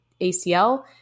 ACL